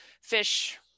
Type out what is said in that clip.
fish